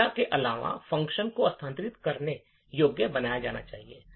data के अलावा भी फ़ंक्शन को स्थानांतरित करने योग्य बनाया जाना चाहिए